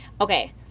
Okay